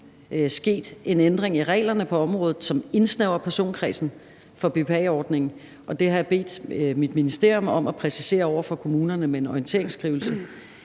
sket en ændring i reglerne på området, som indsnævrer personkredsen for BPA-ordningen, og det har jeg bedt mit ministerium om at præcisere over for kommunerne med en orienteringsskrivelse